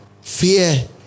fear